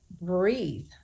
breathe